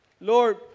Lord